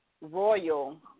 Royal